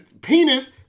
penis